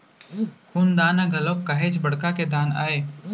खून दान ह घलोक काहेच बड़का के दान आय